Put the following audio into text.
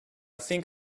think